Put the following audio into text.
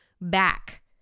back